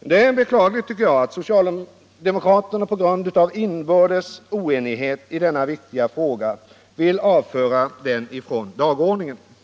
Det är beklagligt att socialdemokraterna på grund av inbördes oenighet i denna viktiga fråga vill avföra den från dagordningen.